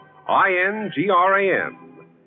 INGRAM